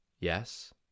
Yes